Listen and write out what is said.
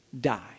die